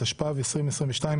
התשפ"ב-2022,